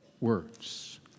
words